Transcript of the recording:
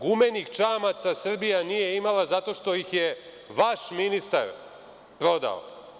Gumenih čamaca Srbija nije imala zato što ih je vaš ministar prodao.